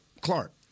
Clark